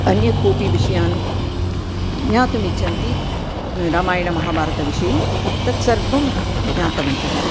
अन्य कोऽपि विषयान् ज्ञातुम् इच्छन्ति रामायण महाभारतविषये तत्सर्वं ज्ञातवन्तः